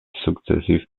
successive